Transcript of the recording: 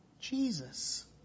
Jesus